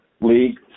league